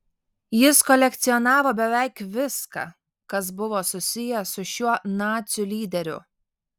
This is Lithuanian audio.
jis kolekcionavo beveik viską kas buvo susiję su šiuo nacių lyderiu